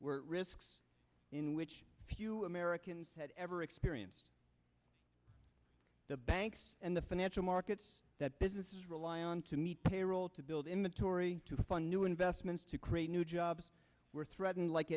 were risks in which few americans had ever experience the banks and the financial markets that businesses rely on to meet payroll to build in the tory to fund new investments to create new jobs were threatened like